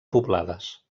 poblades